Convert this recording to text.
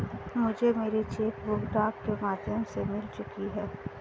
मुझे मेरी cheque book डाक के माध्यम से मिल चुकी है